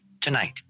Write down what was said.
tonight